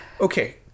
okay